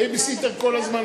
בייביסיטר כל הזמן,